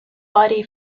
body